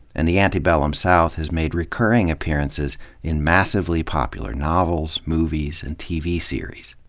and the antebellum south has made recurring appearances in massively popular novels, movies, and tv series.